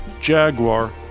Jaguar